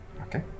Okay